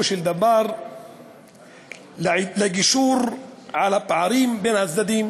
של דבר לגישור על הפערים בין הצדדים